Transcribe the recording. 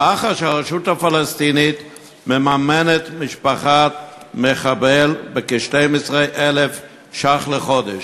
לאחר שהרשות הפלסטינית מממנת משפחת מחבל בכ-12,000 ש"ח לחודש?